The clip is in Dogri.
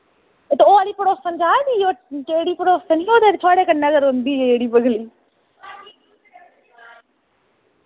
ते ओह् आह्ली पड़ोसन जा दी ओह् केह्ड़ी पड़ोसन ही ओ जेह्ड़ी साढ़े कन्नै गै रौंह्दी ही जेह्ड़ी बगली